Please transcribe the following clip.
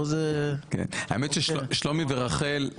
פה זה- -- פה מעודדים.